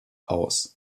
aus